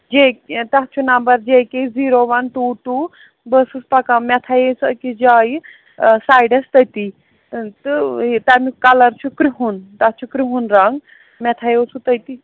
J تَتھ چھُ number J K zero one two two بہٕ ٲسٕس پکان مےٚ تھایے سۄ أکِس جایہِ سایڈَس تٔتی تہٕ یہِ تَمیُک کَلَر چھُ کِرٛہُن تَتھ چھُ کِرٛہُن رنٛگ مےٚ تھایو سُہ تٔتی